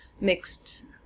Mixed